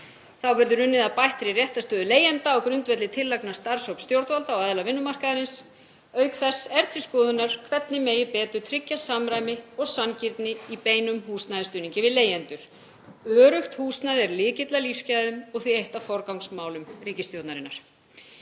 Þá verður unnið að bættri réttarstöðu leigjenda á grundvelli tillagna starfshóps stjórnvalda og aðila vinnumarkaðarins. Auk þess er til skoðunar hvernig megi betur tryggja samræmi og sanngirni í beinum húsnæðisstuðningi við leigjendur. Öruggt húsnæði er lykill að lífsgæðum og því eitt af forgangsmálum ríkisstjórnarinnar.